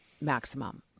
maximum